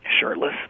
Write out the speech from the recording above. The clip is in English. Shirtless